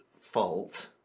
Fault